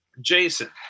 Jason